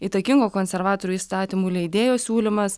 įtakingo konservatorių įstatymų leidėjo siūlymas